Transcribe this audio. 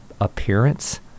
appearance